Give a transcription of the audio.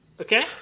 Okay